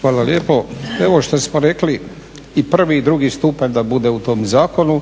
Hvala lijepo. Evo što smo rekli i prvi i drugi stupanj da bude u tom zakonu,